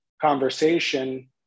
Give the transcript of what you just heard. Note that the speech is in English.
conversation